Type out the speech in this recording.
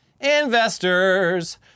investors